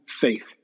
faith